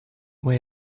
way